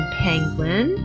penguin